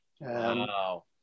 Wow